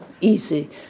easy